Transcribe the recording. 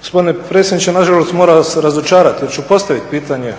Gospodine predsjedniče, nažalost moram vas razočarati jer ću postaviti pitanje